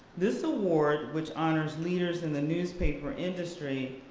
this award, which honors leaders in the newspaper industry,